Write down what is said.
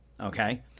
Okay